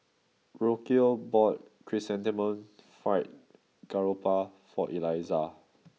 Rocio bought Chrysanthemum Fried Garoupa for Eliza